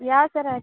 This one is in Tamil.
யார் சார் ஆக்சுவலி